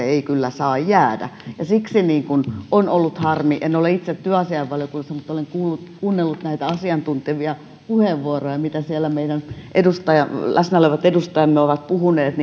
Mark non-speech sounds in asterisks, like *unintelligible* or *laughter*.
*unintelligible* ei kyllä saa jäädä siksi on ollut harmi en ole itse työasiainvaliokunnassa mutta olen kuunnellut näitä asiantuntevia puheenvuoroja mitä siellä meidän läsnä olevat edustajamme ovat puhuneet *unintelligible*